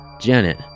Janet